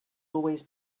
always